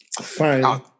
Fine